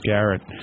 Garrett